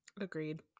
agreed